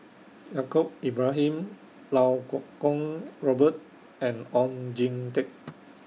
Yaacob Ibrahim Iau Kuo Kwong Robert and Oon Jin Teik